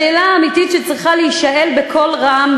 השאלה האמיתית שצריכה להישאל בקול רם,